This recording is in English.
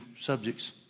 subjects